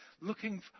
looking